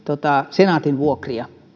senaatin vuokria